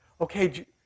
okay